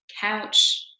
couch